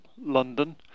London